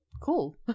Cool